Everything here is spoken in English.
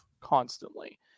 constantly